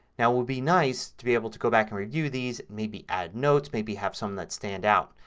now it would be nice to be able to go back and review these. maybe add notes. maybe have some that stand out.